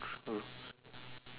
true